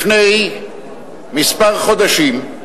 לפני כמה חודשים,